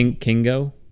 Kingo